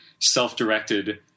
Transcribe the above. self-directed